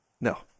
No